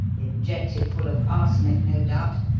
injected full of arsenic, no doubt,